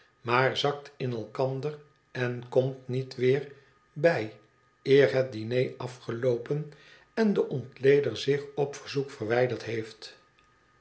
maar zakt in elkander en komt niet weer bij eer het diner afgeloopen en de ontleder zich op verzoek verwijderd heeft